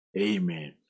Amen